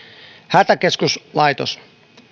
hätäkeskuslaitos